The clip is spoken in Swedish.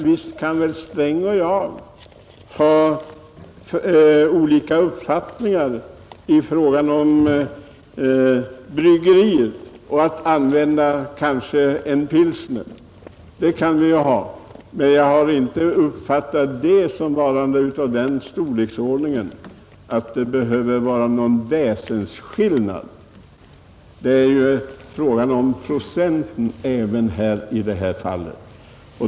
Visst kan herr Sträng och jag ha olika uppfattningar i fråga om bryggerinäringen och om lämpligheten av att dricka en pilsner. Men jag har för den skull inte ansett att det föreligger någon väsenskillnad i vår uppfattning — det är ju fråga om procent även i detta fall.